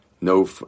no